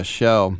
show